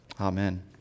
Amen